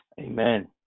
Amen